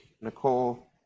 Nicole